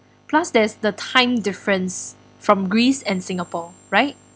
plus there's the time difference from greece and singapore right